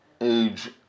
age